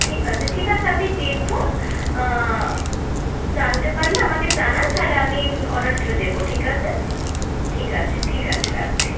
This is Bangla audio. ঠিক আছে ঠিক আছে আপনি দেখুন জানতে পারলে আমাকে জানান তাহলে আমি অর্ডারটা দেব ঠিক আছে ঠিক আছে ঠিক আছে রাখছি